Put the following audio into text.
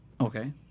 Okay